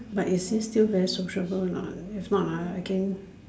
but is he still very sociable or not if not uh again